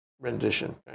rendition